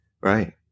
Right